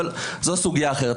אבל זו סוגיה אחרת.